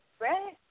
right